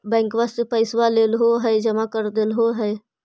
बैंकवा से पैसवा लेलहो है जमा कर देलहो हे?